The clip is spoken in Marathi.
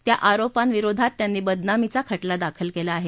त्या आरोपांविरोधात त्यांनी बदनामीचा खटला दाखल केला आहे